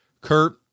Kurt